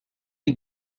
the